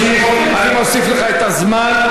אני אוסיף לך את הזמן,